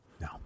No